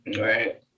Right